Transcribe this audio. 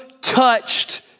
touched